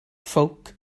ffowc